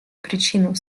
причину